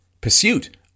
pursuit